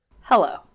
Hello